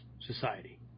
society